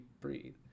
breathe